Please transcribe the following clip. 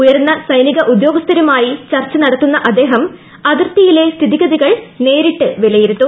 ഉയർന്ന സൈനിക ഉദ്യോഗസ്ഥരുമായി ചർച്ച നടത്തുന്ന അദ്ദേഹം അതിർത്തിയിലെ സ്ഥിതിഗതികൾ നേരിട്ട് വിലയിരുത്തും